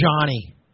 Johnny